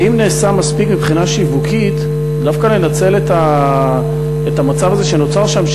האם נעשה מספיק מבחינה שיווקית דווקא לנצל את המצב הזה שנוצר שם,